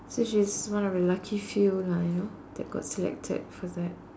so she's one of the lucky few lah you know that got selected for that